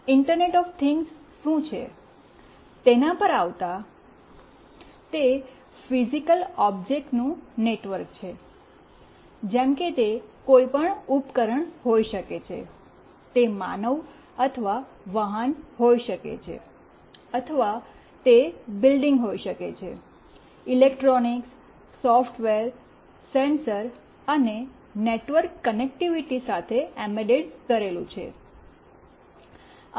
internet of things શું છે તેના પર આવતા તે ફિઝિકલ ઓબ્જેક્ટનું નેટવર્ક છે જેમ કે તે કોઈ પણ ઉપકરણ હોઈ શકે છે તે માનવ અથવા વાહન હોઈ શકે છે અથવા તે બિલ્ડિંગ હોઈ શકે છે ઇલેક્ટ્રોનિક્સ સોફ્ટવેર સેન્સર્સ અને નેટવર્ક કનેક્ટિવિટી સાથે એમ્બેડ કરેલું છે